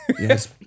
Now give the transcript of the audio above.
Yes